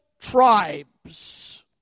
tribes